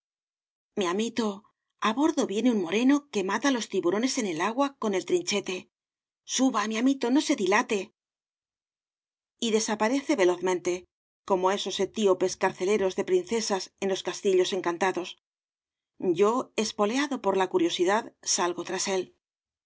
mi amito a bordo viene un moreno que mata los tiburones en el agua con el trinchete jsuba mi amito no se dilate y desaparece velozmente como esos etíopes carceleros de princesas en los castillos encantados yo espoleado por la curiosidad salgo tras él